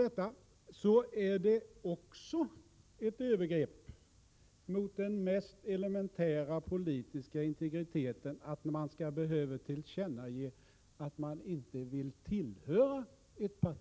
Såsom Jörgen Ullenhag illustrerade förekommer det trakasserier, och jag skulle kunna bidra med en lång rad konkreta exempel.